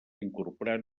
incorporar